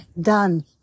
Done